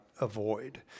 avoid